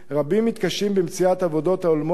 רבים מתקשים במציאת עבודות ההולמות את